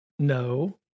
No